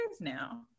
now